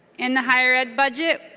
in the higher-end budget.